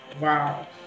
Wow